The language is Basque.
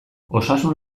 osasun